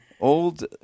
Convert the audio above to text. Old